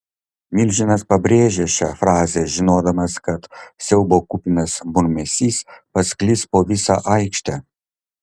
milžinas pabrėžė šią frazę žinodamas kad siaubo kupinas murmesys pasklis po visą aikštę